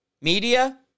Media